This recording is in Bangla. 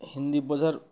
হিন্দি বোঝার